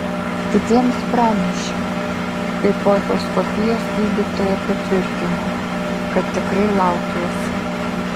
kitiems pranešiau kai po echoskopijos gydytoja patvirtino kad tikrai laukiuosi